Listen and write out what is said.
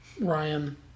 Ryan